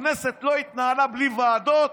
הכנסת לא התנהלה בלי ועדות?